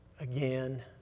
again